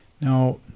Now